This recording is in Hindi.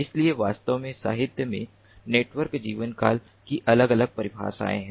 इसलिए वास्तव में साहित्य में नेटवर्क जीवनकाल की अलग अलग परिभाषाएं हैं